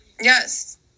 Yes